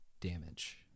damage